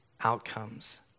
outcomes